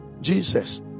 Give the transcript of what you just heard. Jesus